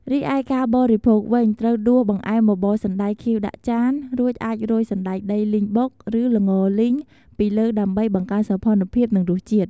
រិឯ ការបរិភោគវិញ ត្រូវដួសបង្អែមបបរសណ្ដែកខៀវដាក់ចាន រួចអាចរោយ សណ្ដែកដីលីងបុក ឬ ល្ងរលីង ពីលើដើម្បីបង្កើនសោភ័ណភាព និងរសជាតិ។